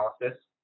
analysis